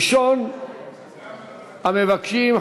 ראשון המבקשים,